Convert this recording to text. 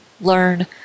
Learn